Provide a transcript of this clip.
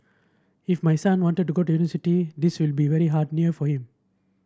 if my son wanted to go university this will be very hard near for him